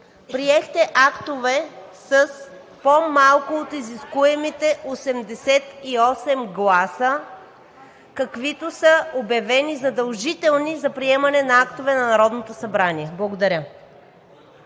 приехте актове с по-малко от изискуемите 88 гласа, каквито са обявени за задължителни за приемане на актове на Народното събрание. Благодаря.